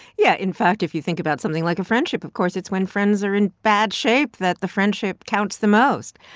yeah, in fact, if you think about something like a friendship, of course, it's when friends are in bad shape that the friendship counts the most.